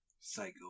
Psycho